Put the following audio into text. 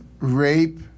rape